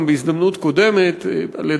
גם בהזדמנות קודמת אמרת,